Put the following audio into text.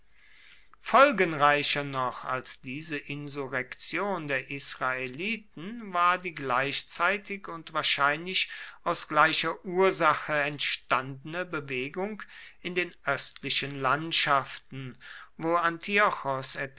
folgenreicher noch als diese insurrektion der israeliten war die gleichzeitig und wahrscheinlich aus gleicher ursache entstandene bewegung in den östlichen landschaften wo